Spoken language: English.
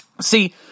See